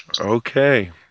Okay